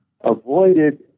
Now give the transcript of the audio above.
avoided